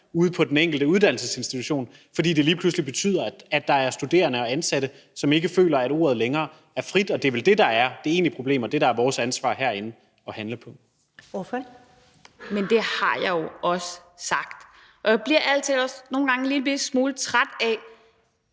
ude på den enkelte uddannelsesinstitution, fordi det lige pludselig betyder, at der er studerende og ansatte, som ikke føler, at ordet længere er frit. Det er vel det, der er det egentlige problem, og det, der er vores ansvar herinde at handle på. Kl. 19:57 Første næstformand (Karen Ellemann): Ordføreren. Kl. 19:57 Zenia